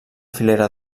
filera